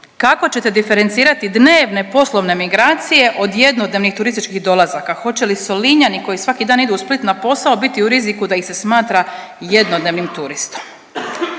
Kako ćete diferencirati dnevne poslovne migracije od jednodnevnih turističkih dolazaka, hoće li Solinjani koji svaki dan idu u Split na posao biti u riziku da ih se smatra jednodnevnim turistom?